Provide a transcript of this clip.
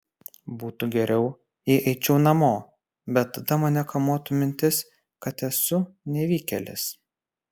būtų geriau jei eičiau namo bet tada mane kamuotų mintis kad esu nevykėlis